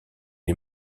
est